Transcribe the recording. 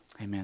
Amen